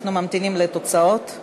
אנחנו ממתינים לתוצאות.